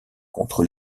contre